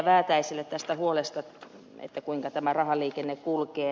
väätäiselle tästä huolesta kuinka tämä rahaliikenne kulkee